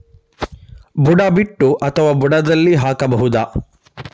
ಬುಡ ಬಿಟ್ಟು ಅಥವಾ ಬುಡದಲ್ಲಿ ಹಾಕಬಹುದಾ?